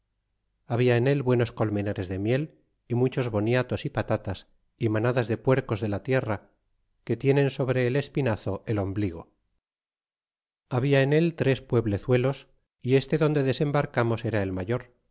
habla en él buenos colmenares de miel y muchos boniatos y batatas y manadas de puercos de la tierra que tienen sobre el espinazo el ombligo habia en al tres pueblezuelos y este donde desembarcamos era el mayor